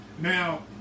now